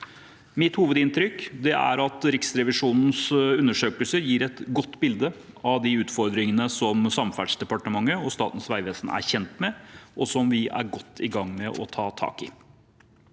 Mitt hovedinntrykk er at Riksrevisjonens undersøkelse gir et godt bilde av utfordringene som Samferdselsdepartementet og Statens vegvesen er kjent med, og som vi er godt i gang med å ta tak i.